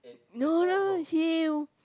no no it's him